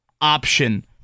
option